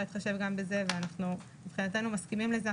להתחשב גם בזה ומבחינתנו אנחנו מסכימים לזה.